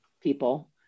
people